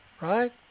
right